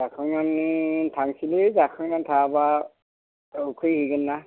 जाखांनानै थांसैलै जाखांनानै थाङाबा उखैहैगोनना